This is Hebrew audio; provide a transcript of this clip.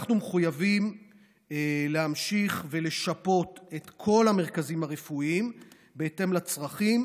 אנחנו מחויבים להמשיך לשפות את כל המרכזים הרפואיים בהתאם לצרכים,